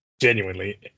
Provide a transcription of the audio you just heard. genuinely